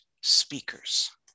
speakers